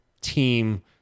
team